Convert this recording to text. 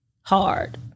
hard